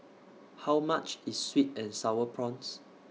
How much IS Sweet and Sour Prawns